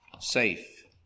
safe